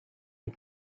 est